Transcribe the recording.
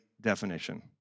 definition